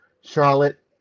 Charlotte